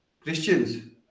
Christians